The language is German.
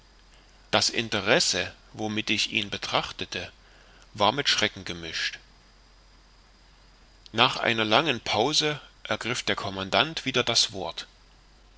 das interesse womit ich ihn betrachtete war mit schrecken gemischt nach einer langen pause ergriff der commandant wieder das wort